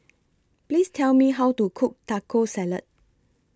Please Tell Me How to Cook Taco Salad